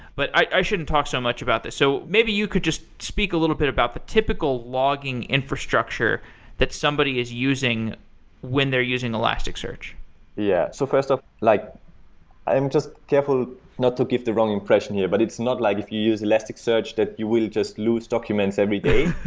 but i shouldn't talk so much about this. so maybe you could just speak a little bit about the typical logging infrastructure that somebody is using when they're using elasticsearch yeah. so first off, ah like i'm just careful not to give the wrong impression here, but it's not like if you use elasticsearch, that you will just lose documents every day.